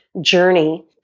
journey